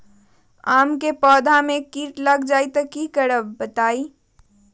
आम क पौधा म कीट लग जई त की करब बताई?